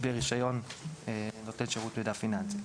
ברישיון נותן מידע שירות פיננסי.